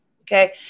Okay